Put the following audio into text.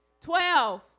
Twelve